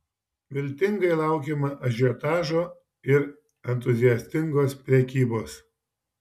viltingai laukiama ažiotažo ir entuziastingos prekybos